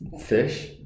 Fish